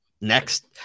next